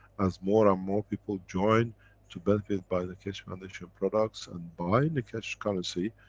as more and more people join to benefit by the keshe foundation products, and buy in the keshe currency,